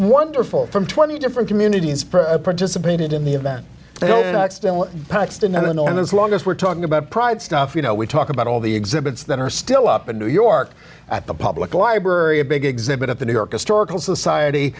wonderful from twenty different communities spread participated in the event paxton and as long as we're talking about pride stuff you know we talk about all the exhibits that are still up in new york at the public library a big exhibit at the new york historical society